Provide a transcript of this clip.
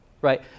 Right